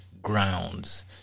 grounds